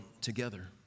together